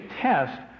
test